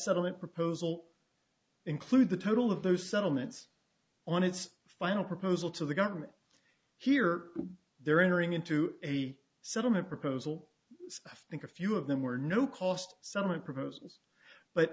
settlement proposal include the total of those settlements on its final proposal to the government here they're entering into a settlement proposal i think a few of them were no cost som